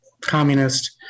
communist